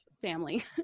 family